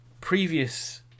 previous